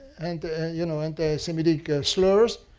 and you know, antisemitic slurs,